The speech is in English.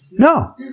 no